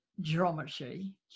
geometry